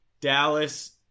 Dallas